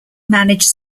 managed